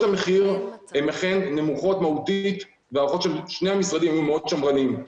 המחיר הן אכן נמוכות מהותית מהערכות שני המשרדים שהן מאוד שמרניות.